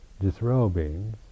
disrobing